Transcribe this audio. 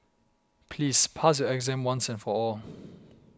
please pass your exam once and for all